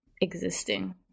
existing